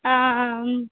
ஆ ஆ ஆ ம்